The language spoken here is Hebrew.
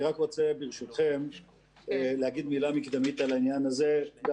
אני רק רוצה ברשותכם להגיד מילה מקדמית על העניין הזה גם